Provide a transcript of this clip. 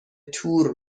تور